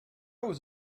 was